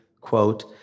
quote